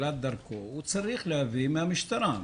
למשל, בתחילת דרכו צריך להביא אישור מהמשטרה.